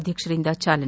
ಅಧ್ಯಕ್ಷರಿಂದ ಚಾಲನೆ